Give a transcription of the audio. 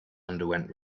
underwent